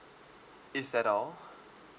is that all